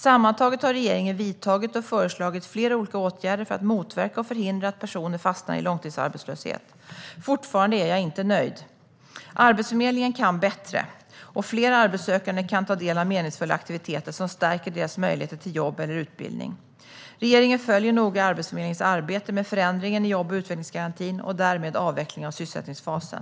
Sammantaget har regeringen vidtagit och föreslagit flera olika åtgärder för att motverka och förhindra att personer fastnar i långtidsarbetslöshet. Fortfarande är jag inte nöjd. Arbetsförmedlingen kan bättre, och fler arbetssökande kan ta del av meningsfulla aktiviteter som stärker deras möjligheter till jobb eller utbildning. Regeringen följer noga Arbetsförmedlingens arbete med förändringen i jobb och utvecklingsgarantin och därmed avvecklingen av sysselsättningsfasen.